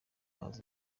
haza